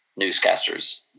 Newscasters